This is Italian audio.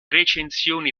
recensioni